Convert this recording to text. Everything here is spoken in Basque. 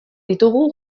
ditugu